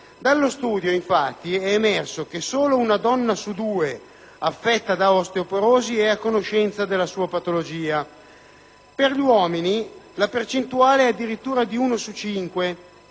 Dallo studio, infatti, è emerso che solo una donna su due affetta da osteoporosi è a conoscenza della sua patologia; per gli uomini, la percentuale è addirittura di uno